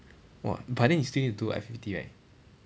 !wah! but then you still need to do I_P_P_T right